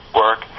work